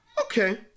Okay